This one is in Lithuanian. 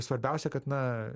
svarbiausia kad na